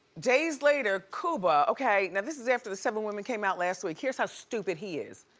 days later, cuba, okay, now this is after the seven women came out last week, here's how stupid he is,